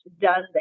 done